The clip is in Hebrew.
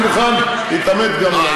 אני מוכן להתעמת גם על העניין הזה.